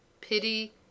pity